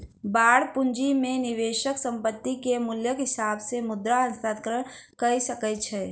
bond पूंजी में निवेशक संपत्ति के मूल्यक हिसाब से मुद्रा हस्तांतरण कअ सकै छै